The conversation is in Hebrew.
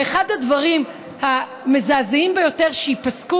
ואחד הדברים המזעזעים ביותר שייפסקו,